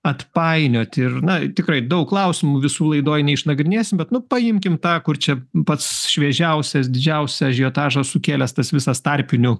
atpainiot ir na tikrai daug klausimų visų laidoj neišnagrinėsim bet nu paimkim tą kur čia pats šviežiausias didžiausią ažiotažą sukėlęs tas visas tarpinių